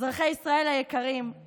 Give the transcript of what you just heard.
אזרחי ישראל היקרים,